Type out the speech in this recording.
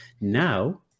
now